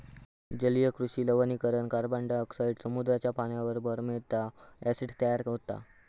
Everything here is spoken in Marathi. जलीय कृषि लवणीकरण कार्बनडायॉक्साईड समुद्राच्या पाण्याबरोबर मिळता, ॲसिड तयार होता